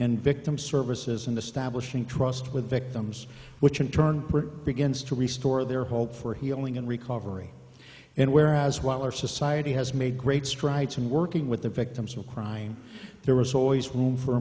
in victim services in the stablish in trust with victims which in turn begins to restore their hope for healing and recovery and whereas while our society has made great strides in working with the victims of crime there was always room for